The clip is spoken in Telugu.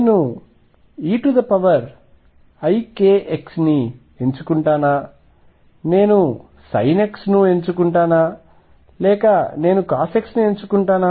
నేను eikx ని ఎంచుకుంటానా నేను sin kx ఎంచుకుంటానా నేను cos kxఎంచుకుంటానా